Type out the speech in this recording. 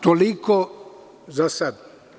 Toliko za sada.